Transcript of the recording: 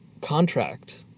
contract